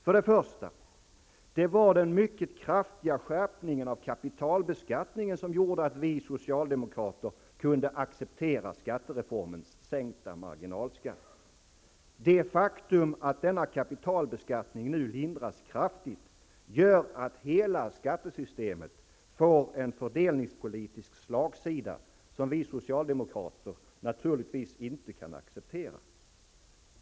För det första: Det var den mycket kraftiga skärpningen av kapitalbeskattningen som gjorde att vi socialdemokrater kunde acceptera skattereformens sänkta marginalskatter. Det faktum att denna kapitalbeskattning nu lindras kraftigt gör att hela skattesystemet får en fördelningspolitisk slagsida som vi socialdemokrater naturligtvis inte kan acceptera.